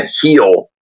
heal